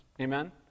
Amen